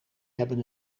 hebben